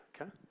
Okay